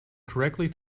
correctly